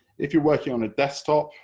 if you're working on a desktop,